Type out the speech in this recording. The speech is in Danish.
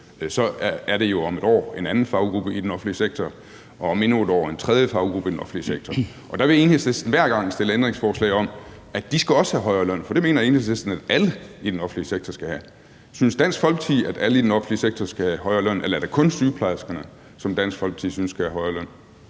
så er det jo om et år en anden faggruppe i den offentlige sektor og om endnu et år en tredje faggruppe i den offentlige sektor. Og der vil Enhedslisten hver gang stille ændringsforslag om, at de også skal have højere løn, for det mener Enhedslisten at alle i den offentlige sektor skal have. Synes Dansk Folkeparti, at alle i den offentlige sektor skal have højere løn, eller er det kun sygeplejerskerne, som Dansk Folkeparti synes skal have højere løn?